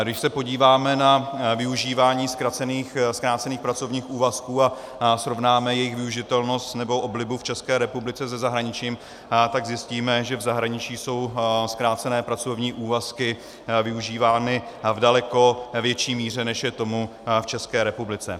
Když se podíváme na využívání zkrácených pracovních úvazků a srovnáme jejich využitelnost nebo oblibu v České republice se zahraničím, tak zjistíme, že v zahraničí jsou zkrácené pracovní úvazky využívány v daleko větší míře, než je tomu v České republice.